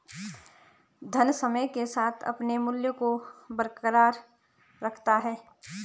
धन समय के साथ अपने मूल्य को बरकरार रखता है